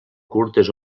curtes